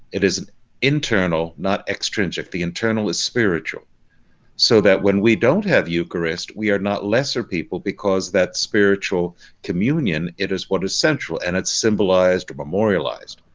it is an internal, not extrinsic. the internal is spiritual so that when we don't have eucharist, we are not lesser people because that spiritual communion it is what essential and it's symbolized memorialized.